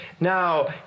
Now